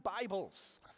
Bibles